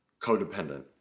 codependent